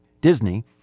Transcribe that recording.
Disney